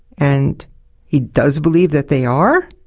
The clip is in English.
and he does believe that they are,